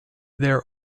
their